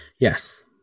Yes